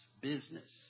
business